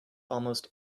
almost